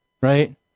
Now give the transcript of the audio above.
right